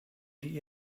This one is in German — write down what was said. die